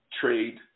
trade